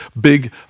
big